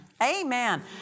Amen